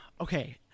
Okay